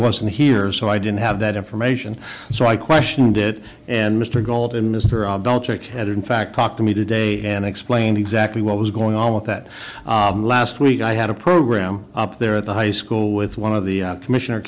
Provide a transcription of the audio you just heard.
wasn't here so i didn't have that information so i questioned it and mr golden mr ed in fact talked to me today and explained exactly what was going on with that last week i had a program up there at the high school with one of the commissioner